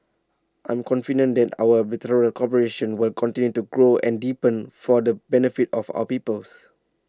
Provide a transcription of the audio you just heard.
I'm confident that our bilateral cooperation will continue to grow and deepen for the benefit of our peoples